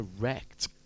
Correct